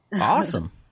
Awesome